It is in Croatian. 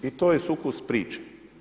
I to je sukus priče.